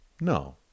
no